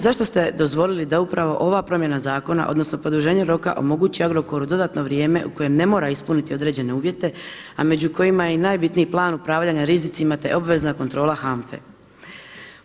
Zašto ste dozvolili da upravo ova promjena zakona odnosno produženje roka omogući Agrokoru dodatno vrijeme u kojem ne mora ispuniti određene uvjete a među kojima je i najbitniji plan upravljanja rizicima te obvezna kontrola HANFA-e?